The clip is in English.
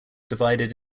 divided